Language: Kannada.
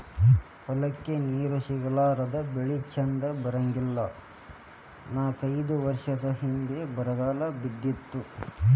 ಹೊಲಕ್ಕ ನೇರ ಸಿಗಲಾರದ ಬೆಳಿ ಚಂದ ಬರಂಗಿಲ್ಲಾ ನಾಕೈದ ವರಸದ ಹಿಂದ ಬರಗಾಲ ಬಿದ್ದಿತ್ತ